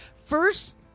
First